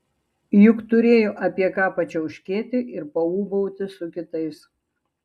juk turėjo apie ką pačiauškėti ir paūbauti su kitais